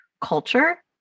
culture